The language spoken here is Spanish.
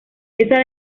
esa